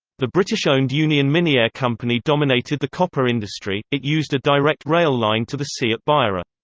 the british-owned union miniere company dominated the copper industry it used a direct rail line to the sea at beira.